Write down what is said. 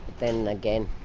then again,